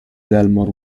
dalmor